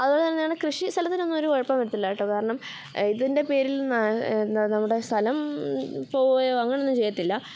അതുപോലെതന്നെ നിങ്ങളുടെ കൃഷി സ്ഥലത്തിനൊന്നും ഒരു കുഴപ്പവും വരുത്തില്ല കേട്ടോ കാരണം ഇതിൻ്റെ പേരിൽ നിന്നാണ് എന്താ നമ്മുടെ സ്ഥലം പോകുകയോ അങ്ങനെയൊന്നും ചെയ്യത്തില്ല